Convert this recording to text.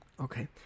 Okay